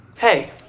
Hey